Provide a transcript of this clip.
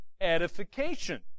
Edification